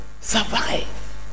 survive